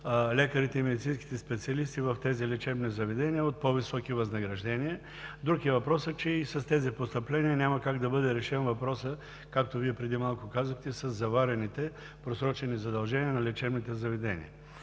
лекарите и медицинските специалисти в тези лечебни заведения от по-високи възнаграждения. Друг е въпросът, че и с тези постъпления няма как да бъде решен въпросът, както Вие преди малко казахте, със заварените просрочени задължения на лечебните заведения.